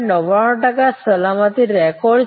99 ટકા સલામતી રેકોર્ડ છે